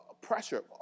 pressure